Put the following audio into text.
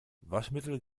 waschmittel